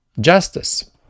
justice